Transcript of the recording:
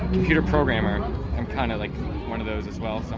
computer programmer i'm kind of like one of those as well.